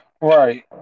Right